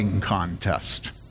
contest